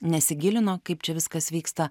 nesigilino kaip čia viskas vyksta